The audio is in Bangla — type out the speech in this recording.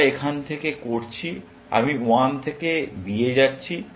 আমরা এখান থেকে করছি আমি 1 থেকে b এ যাচ্ছি